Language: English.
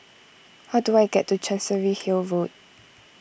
how do I get to Chancery Hill Road